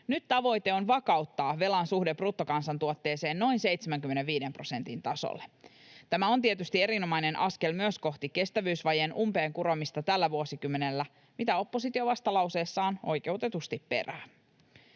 Nyt tavoite on vakauttaa velan suhde bruttokansantuotteeseen noin 75 prosentin tasolle. Tämä on tietysti erinomainen askel myös kohti kestävyysvajeen umpeen kuromista tällä vuosikymmenellä, mitä oppositio vastalauseessaan oikeutetusti perää.